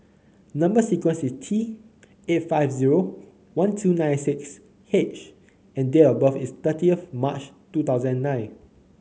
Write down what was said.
number sequence is T eight five zero one two nine six H and date of birth is thirty March two thousand and nine